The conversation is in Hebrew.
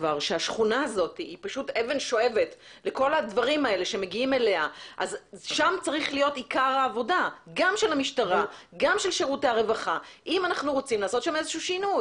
אחר כך באזורים אחרים של העיר והרבה פעמים מחוץ לעיר.